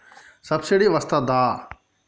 Subsidy వస్తదా?